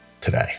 today